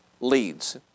leads